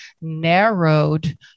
narrowed